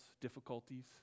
difficulties